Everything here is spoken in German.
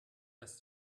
das